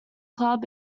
club